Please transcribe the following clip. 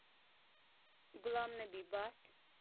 Ghulam Nabi Bhat